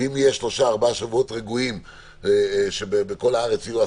ביוני היו 103 חולים קשים, בכל חודש יוני.